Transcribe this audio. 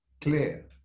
clear